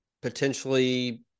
potentially